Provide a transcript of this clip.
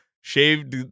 Shaved